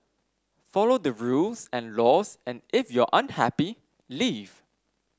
follow the rules and laws and if you're unhappy leave